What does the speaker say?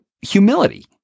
humility